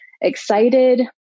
excited